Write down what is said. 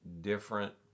different